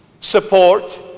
support